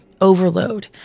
overload